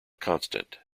constant